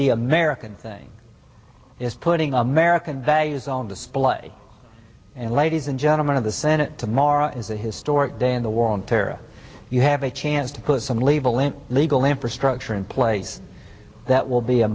the american thing is putting american values on display and ladies and gentlemen of the senate tomorrow is a historic day in the war on terror you have a chance to put some label and legal infrastructure in place that will be a